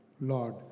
Lord